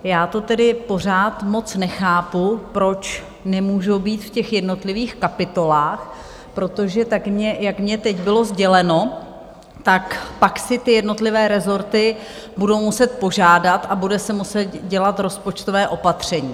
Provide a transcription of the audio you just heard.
Já to tedy pořád moc nechápu, proč nemůžou být v jednotlivých kapitolách, protože jak mně teď bylo sděleno, tak pak si jednotlivé rezorty budou muset požádat a bude se muset dělat rozpočtové opatření.